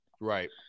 Right